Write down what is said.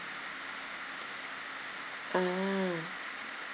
ah